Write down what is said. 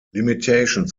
limitations